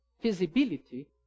feasibility